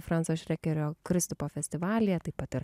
franso šrekerio kristupo festivalyje taip pat ir